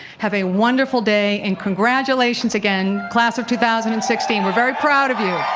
have a wonderful day and congratulations again class of two thousand and sixteen. we're very proud of you.